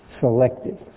selected